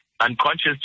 unconscious